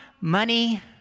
money